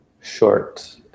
short